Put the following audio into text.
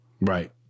Right